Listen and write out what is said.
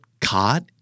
caught